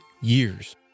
years